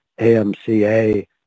AMCA